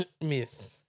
myth